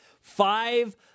Five